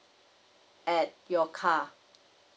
at your car